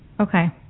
Okay